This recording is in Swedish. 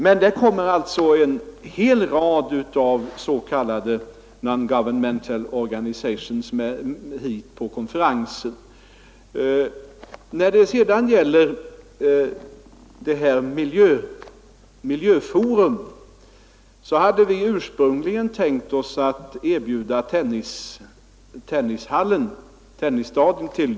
Men det kommer en hel rad av s.k. non-governmental organizations hit för konferenser. När det sedan gäller Miljöforum kan jag säga, att vi ursprungligen tänkt oss erbjuda dem Tennisstadion.